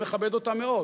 אני מכבד אותה מאוד.